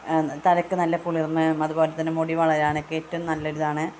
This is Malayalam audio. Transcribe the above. തലക്ക് നല്ല കുളിർമയും അതുപോലെത്തന്നെ മുടി വളരാനൊക്കെ ഏറ്റവും നല്ലൊരിതാണ്